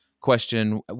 question